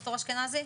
ד"ר אשכנזי?